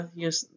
yes